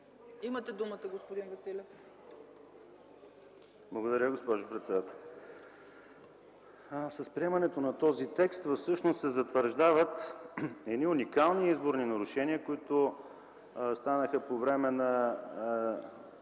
ЕМИЛ ВАСИЛЕВ (независим): Благодаря, госпожо председател. С приемането на този текст всъщност се затвърждават едни уникални изборни нарушения, които станаха по време на